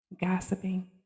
gossiping